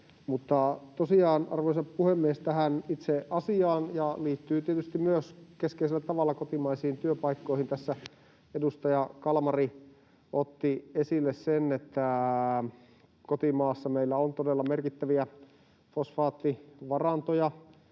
Arvoisa puhemies! Tähän itse asiaan — joka liittyy tietysti myös keskeisellä tavalla kotimaisiin työpaikkoihin: Tässä edustaja Kalmari otti esille sen, että kotimaassa meillä on todella merkittäviä fosfaattivarantoja